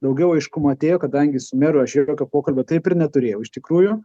daugiau aiškumo atėjo kadangi su meru aš jokio pokalbio taip ir neturėjau iš tikrųjų